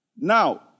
Now